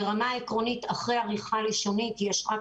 ברמה העקרונית אחרי עריכה לשונית יש רק